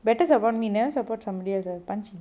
better support me ah never support somebody else punch him